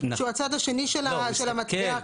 שהוא הצד השני של המטבע כאן.